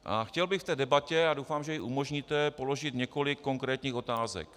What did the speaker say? A chtěl bych v té debatě, a doufám, že ji umožníte, položit několik konkrétních otázek.